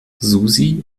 susi